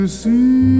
see